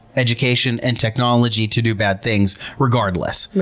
education, and technology to do bad things regardless. right.